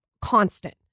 constant